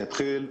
אתמול.